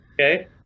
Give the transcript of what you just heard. okay